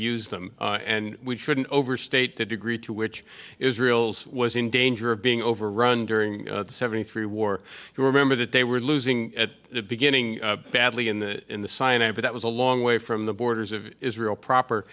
use them and we shouldn't overstate the degree to which israel's was in danger of being overrun during the seventy three war you remember that they were losing at the beginning badly in the in the sinai but that was a long way from the borders of israel proper